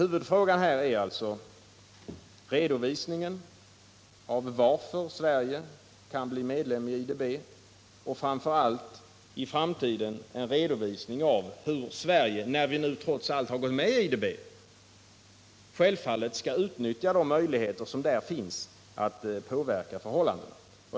Huvudfrågan är alltså redovisningen av varför Sverige kan bli medlem i IDB och framför allt, i framtiden, en redovisning av hur Sverige — när vi nu trots allt har gått med i IDB — skall utnyttja de möjligheter som självfallet finns att påverka förhållandena.